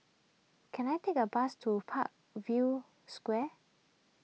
can I take a bus to Parkview Square